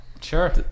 Sure